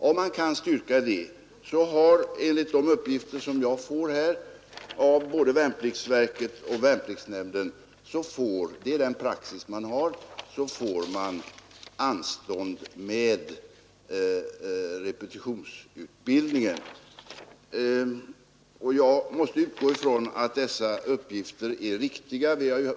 Om man kan det, är enligt uppgifter från både värnpliktsverket och värnpliktsnämnden praxis den att man får anstånd med repetitionsutbildningen. Jag måste utgå ifrån att dessa uppgifter är riktiga.